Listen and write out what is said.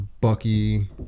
Bucky